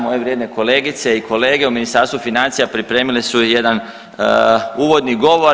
Moje vrijedne kolegice i kolege u Ministarstvu financija pripremile su jedan uvodni govor.